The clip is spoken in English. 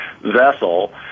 vessel